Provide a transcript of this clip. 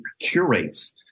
curates